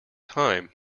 time